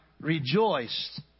rejoiced